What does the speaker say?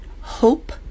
hope